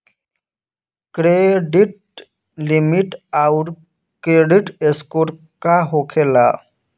Credit limit आउर credit score का होखेला?